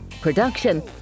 production